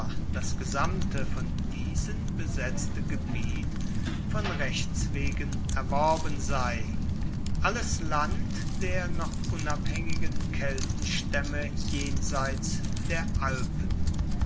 das gesamte von diesen besetzte gebiet von rechts wegen erworben sei alles land der noch unabhängigen keltenstämme jenseits der alpen